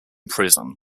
prison